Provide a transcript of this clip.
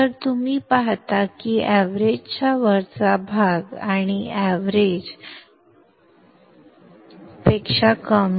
तर तुम्ही पाहता की एवरेज च्या वरचा भाग आणि एक एवरेज पेक्षा कमी